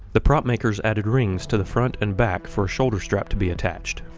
the prop makers added rings to the front and back for a shoulder strap to be attached.